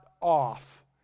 off